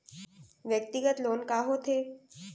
व्यक्तिगत लोन का होथे?